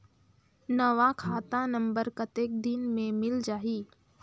नवा खाता नंबर कतेक दिन मे मिल जाही?